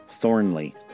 Thornley